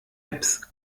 apps